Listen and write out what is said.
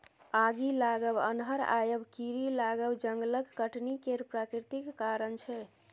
आगि लागब, अन्हर आएब, कीरी लागब जंगलक कटनी केर प्राकृतिक कारण छै